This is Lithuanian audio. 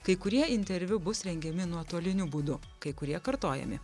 kai kurie interviu bus rengiami nuotoliniu būdu kai kurie kartojami